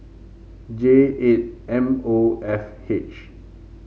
J eight M O F H